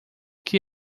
que